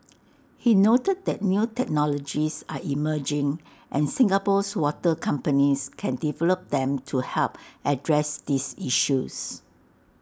he noted that new technologies are emerging and Singapore's water companies can develop them to help address these issues